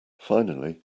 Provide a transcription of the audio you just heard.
finally